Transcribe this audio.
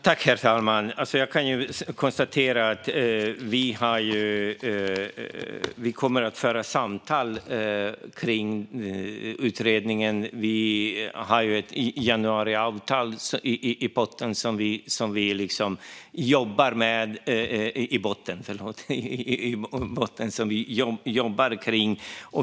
Herr talman! Jag kan konstatera att vi kommer att föra samtal kring utredningen. Vi har ju ett januariavtal i botten som vi jobbar med.